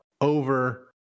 over